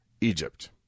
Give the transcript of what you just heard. Egypt